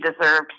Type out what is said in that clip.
deserves